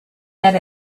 that